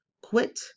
Quit